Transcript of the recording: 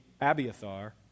Abiathar